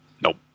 Nope